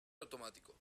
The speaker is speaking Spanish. automático